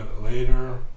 later